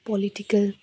political